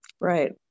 Right